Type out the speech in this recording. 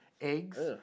eggs